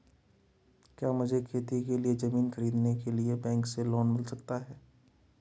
क्या मुझे खेती के लिए ज़मीन खरीदने के लिए बैंक से लोन मिल सकता है?